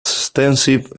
extensive